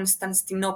לקונסטנטינופול.